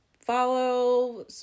follow